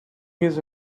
hears